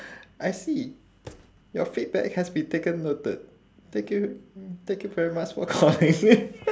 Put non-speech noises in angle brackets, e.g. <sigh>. I see your feedback has been taken noted thank you thank you very much for calling <noise>